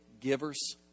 givers